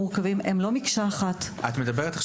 מורכבים; הם לא מקשה אחת --- את מדברת,